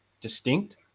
distinct